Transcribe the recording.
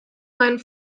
meinen